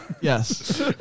Yes